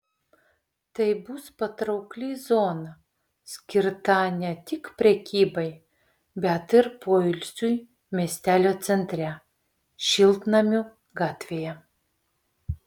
tai bus patraukli zona skirta ne tik prekybai bet ir poilsiui miestelio centre šiltnamių gatvėje